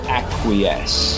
acquiesce